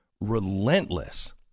relentless